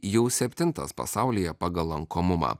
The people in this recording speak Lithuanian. jau septintas pasaulyje pagal lankomumą